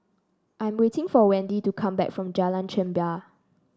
I'm waiting for Wendi to come back from Jalan Chempah